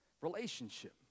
Relationship